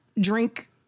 drink